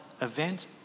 event